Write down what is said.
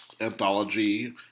anthology